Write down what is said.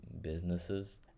businesses